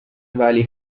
valley